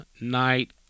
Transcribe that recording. night